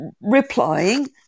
replying